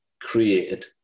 created